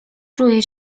czuję